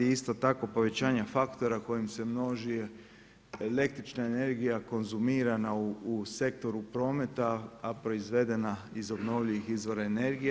I isto tako povećanje faktora kojim se množi električna energija, konzumirana u sektoru prometa a proizvedena iz obnovljivih izvora energije.